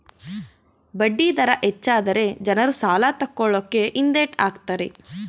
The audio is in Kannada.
ಬಡ್ಡಿ ದರ ಹೆಚ್ಚಾದರೆ ಜನರು ಸಾಲ ತಕೊಳ್ಳಕೆ ಹಿಂದೆಟ್ ಹಾಕ್ತರೆ